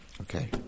okay